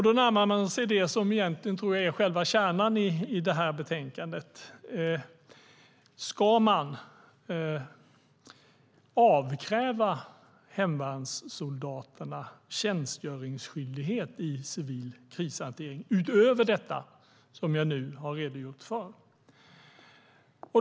Då närmar man sig det som egentligen är själva kärnan i detta betänkande. Ska man avkräva hemvärnssoldaterna tjänstgöringsskyldighet i civil krishantering, utöver detta som jag nu har redogjort för?